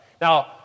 Now